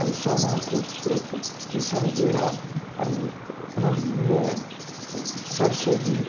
ऐं सुहिणा खूबसूरत ॾिसण जहिड़ा ऐं उन्हनि में सर्शे जी